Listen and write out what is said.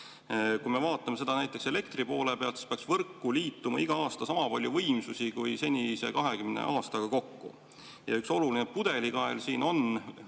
Kui me vaatame seda näiteks elektri poole pealt, siis peaks võrku liituma igal aastal sama palju võimsusi kui viimase 20 aastaga kokku. Üks oluline pudelikael siin on